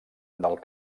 del